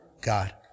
God